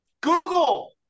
Google